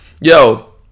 yo